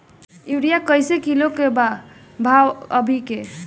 Urea कइसे kilo बा भाव अभी के?